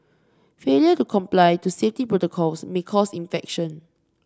failure to comply to safety protocols may cause infection